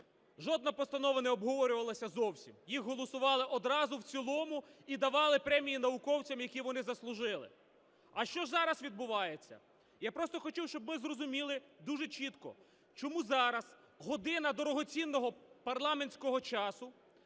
жодна постанова не обговорювалась зовсім. Їх голосували одразу в цілому і давали премії науковцям, які вони заслужили. А що зараз відбувається? Я просто хочу, щоб ми зрозуміли дуже чітко, чому зараз година дорогоцінного парламентського часу